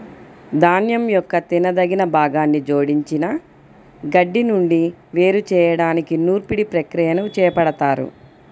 ధాన్యం యొక్క తినదగిన భాగాన్ని జోడించిన గడ్డి నుండి వేరు చేయడానికి నూర్పిడి ప్రక్రియని చేపడతారు